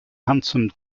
handsome